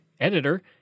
editor